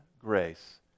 grace